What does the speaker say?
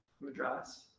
Madras